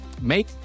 Make